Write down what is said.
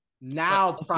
now